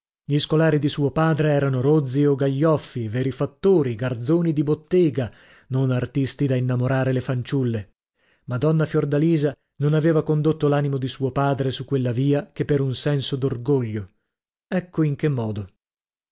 gli scolari di suo padre erano rozzi o gaglioffi veri fattori garzoni di bottega non artisti da innamorare le fanciulle madonna fiordalisa non aveva condotto l'animo di suo padre su quella via che per un senso d'orgoglio ecco in che modo